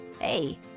Hey